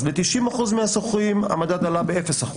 אז ב-90% מהשוכרים המדד עלה ב-0%,